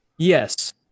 Yes